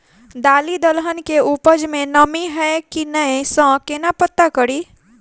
दालि दलहन केँ उपज मे नमी हय की नै सँ केना पत्ता कड़ी?